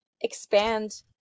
expand